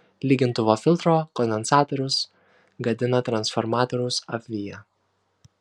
lygintuvo filtro kondensatorius gadina transformatoriaus apviją